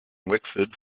wexford